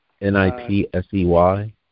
N-I-P-S-E-Y